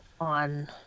on